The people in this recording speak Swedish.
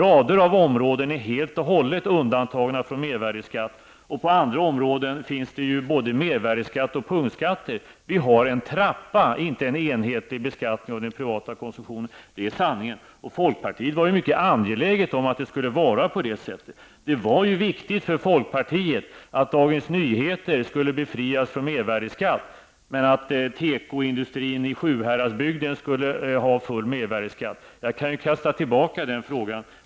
Flera områden är helt och hållet undantagna från mervärdeskatt, och på andra områden finns både mervärdeskatt och punktskatter. Vi har en trappa och inte en enhetlig beskattning av den privata konsumtionen. Det är sanningen. Folkpartiet var mycket angeläget om att det skulle vara på det sättet. Det var viktigt för folkpartiet att Dagens Nyheter skulle befrias från mervärdeskatt men att tekoindustrin i Sjuhäradsbygden skulle ha full mervärdeskatt. Jag kan kasta tillbaka frågan.